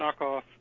knockoff